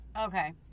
Okay